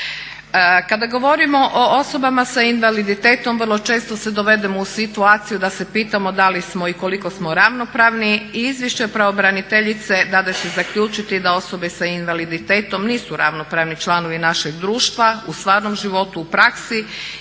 Kada govorimo o osobama sa invaliditetom vrlo često se dovedemo u situaciju da se pitamo da li smo i koliko smo ravnopravni? Iz izvješća pravobraniteljice dade se zaključiti da osobe sa invaliditetom nisu ravnopravni članovi našeg društva, u stvarnom životu, u praksi